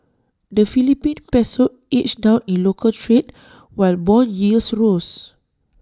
the Philippine Peso edged down in local trade while Bond yields rose